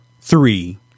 three